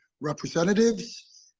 representatives